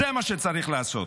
זה מה שצריך לעשות.